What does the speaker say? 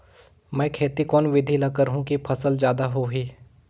मै खेती कोन बिधी ल करहु कि फसल जादा होही